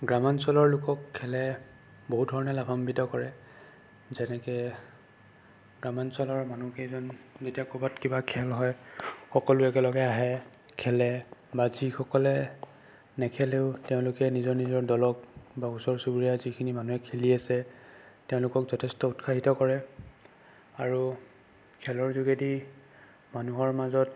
গ্ৰামাঞ্চলৰ লোকক খেলে বহুত ধৰণে লাভাম্বিত কৰে যেনেকৈ গ্ৰামাঞ্চলৰ মানুহকেইজন যেতিয়া ক'ৰবাত কিবা খেল হয় সকলোৱে একেলগে আহে খেলে বা যিসকলে নেখেলেও তেওঁলোকে নিজৰ নিজৰ দলক বা ওচৰ চুবুৰীয়া যিখিনি মানুহে খেলি আছে তেওঁলোকক যথেষ্ট উৎসাহিত কৰে আৰু খেলৰ যোগেদি মানুহৰ মাজত